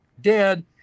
dead